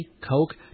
Coke